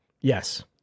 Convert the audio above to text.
Yes